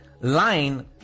line